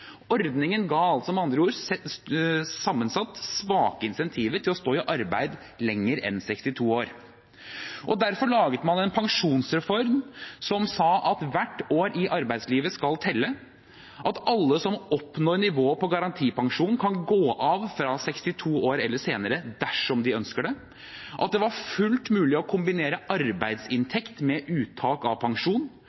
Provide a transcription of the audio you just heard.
Ordningen ga altså, med andre ord, sammensatt svake insentiver til å stå i arbeid lenger enn 62 år. Derfor laget man en pensjonsreform som sa at hvert år i arbeidslivet skal telle, at alle som oppnår nivået på garantipensjonen, kan gå av fra 62 år eller senere, dersom de ønsker det, at det var fullt mulig å kombinere